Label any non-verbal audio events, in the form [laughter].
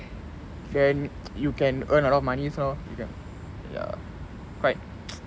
then you can earn a lot of moneys lor ya quite [noise]